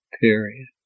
Period